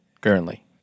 currently